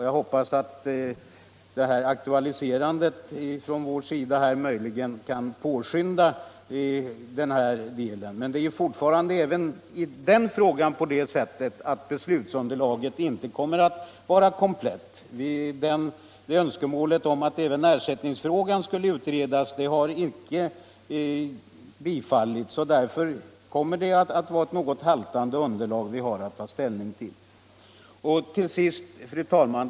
Jag hoppas att detta aktualiserande ifrån vår sida möjligen kan påskynda behandlingen, men beslutsunderlaget i frågan kommer ju tyvärr ändå inte att vara komplett. Önskemålet att även ersättningsfrågan skulle utredas har inte tillmötesgåtts, och därför kommer det att vara ett något haltande underlag man får ta ställning till. Fru talman!